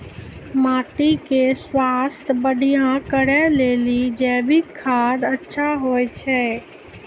माटी के स्वास्थ्य बढ़िया करै ले जैविक खाद अच्छा होय छै?